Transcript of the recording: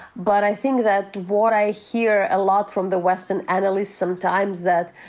but i think that what i hear a lot from the western analysts sometimes, that,